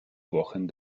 wochen